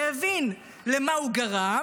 ויבין למה הוא גרם,